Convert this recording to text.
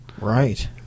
Right